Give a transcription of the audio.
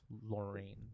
Lorraine